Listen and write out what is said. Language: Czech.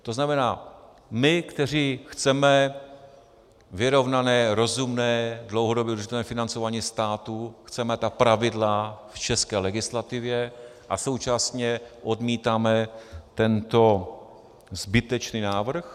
To znamená, my, kteří chceme vyrovnané, rozumné, dlouhodobé vyrovnané financování státu, chceme ta pravidla v české legislativě a současně odmítáme tento zbytečný návrh.